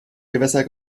gewässer